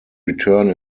return